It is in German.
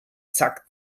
zack